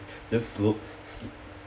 just look